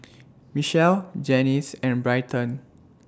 Michelle Janyce and Bryton